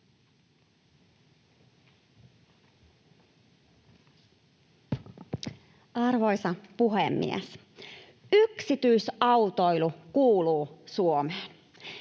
Arvoisa puhemies! Yksityisautoilu kuuluu Suomeen.